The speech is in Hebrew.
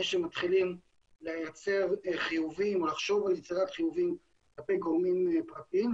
שמתחילים לייצר חיובים או לחשוב על יצירת חיובים כלפי גורמים פרטיים,